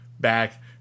back